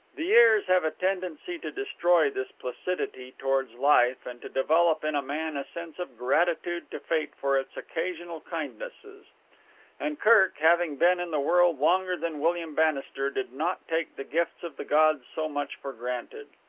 the years have a tendency to destroy this placidity towards life and to develop in man a sense of gratitude to fate for its occasional kindnesses and kirk, having been in the world longer than william bannister, did not take the gifts of the gods so much for granted.